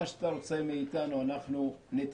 מה שאתה רוצה מאיתנו אנחנו ניתן.